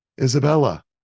Isabella